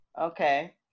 Okay